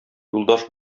юлдаш